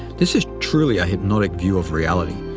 this is truly a hypnotic view of reality,